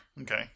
Okay